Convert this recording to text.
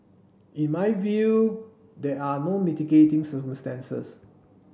in my view there are no mitigating circumstances